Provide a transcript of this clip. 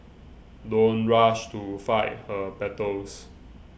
don't rush to fight her battles